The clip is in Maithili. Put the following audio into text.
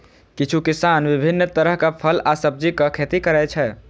किछु किसान विभिन्न तरहक फल आ सब्जीक खेती करै छै